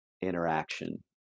interaction